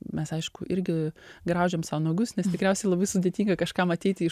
mes aišku irgi graužiam sau nagus nes tikriausiai labai sudėtinga kažkam ateiti iš